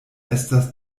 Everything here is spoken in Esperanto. estas